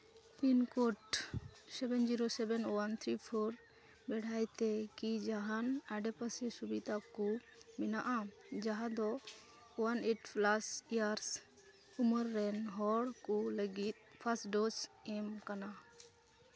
pin code seven zero seven one three four ᱵᱮᱲᱦᱟᱭ ᱛᱮ ᱠᱤ ᱡᱟᱦᱟᱱ ᱟᱰᱮᱯᱟᱥᱮ ᱥᱩᱵᱤᱫᱷᱟ ᱠᱚ ᱢᱮᱱᱟᱜᱼᱟ ᱡᱟᱦᱟᱸ ᱫᱚ ᱚᱣᱟᱱ ᱮᱭᱤᱴ ᱯᱞᱟᱥ ᱮᱭᱟᱨᱥ ᱩᱢᱟᱹᱨ ᱨᱮᱱ ᱦᱚᱲ ᱠᱚ ᱞᱟᱹᱜᱤᱫ ᱯᱷᱟᱨᱥ ᱰᱳᱡᱽ ᱮᱢ ᱠᱟᱱᱟ